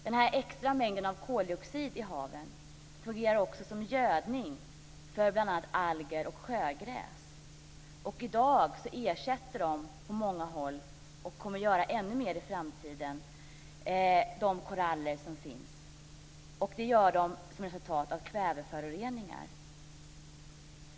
Den här extra mängden av koldioxid i haven fungerar också som gödning för bl.a. alger och sjögräs. I dag ersätter de koraller på många håll, och de kommer att göra det ännu mer i framtiden. Detta är också ett resultat av kväveföroreningar.